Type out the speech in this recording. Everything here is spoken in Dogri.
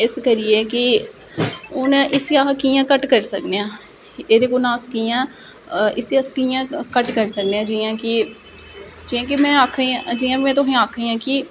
इस करिये कि हून इसी अस कियां घट्ट करी सकने आं एहदे कोला अस कियां इसी अस कियां घट्ट करी सकने आं जियां कि जियां कि में आक्खना जियां मे तुसेंगी गी आक्खनी हा कि